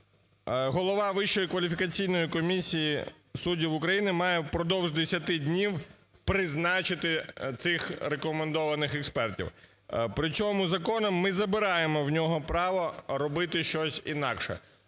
України має впродовж 10 днів призначити цих рекомендованих експертів. Причому законом ми забираємо в нього право робити щось інакше.